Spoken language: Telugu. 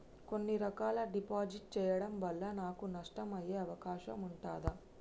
కొన్ని రకాల డిపాజిట్ చెయ్యడం వల్ల నాకు నష్టం అయ్యే అవకాశం ఉంటదా?